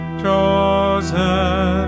chosen